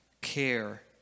care